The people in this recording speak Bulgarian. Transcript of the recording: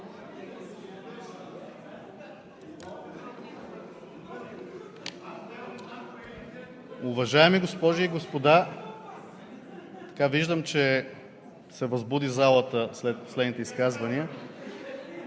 Уважаеми госпожи и господа, виждам, че се възбуди залата след последните изказвания.